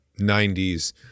90s